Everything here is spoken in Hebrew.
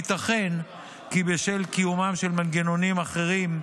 ייתכן כי בשל קיומם של מנגנונים אחרים,